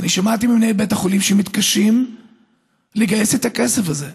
ואני שמעתי ממנהל בית החולים שהם מתקשים לגייס את הכסף הזה.